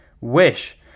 wish